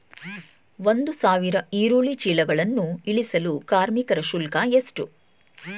ಒಂದು ಸಾವಿರ ಈರುಳ್ಳಿ ಚೀಲಗಳನ್ನು ಇಳಿಸಲು ಕಾರ್ಮಿಕರ ಶುಲ್ಕ ಎಷ್ಟು?